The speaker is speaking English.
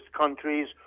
countries